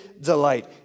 delight